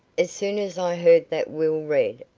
as soon as i heard that will read,